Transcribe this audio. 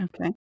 Okay